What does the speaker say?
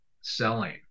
selling